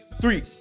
Three